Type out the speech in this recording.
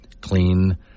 clean